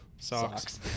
socks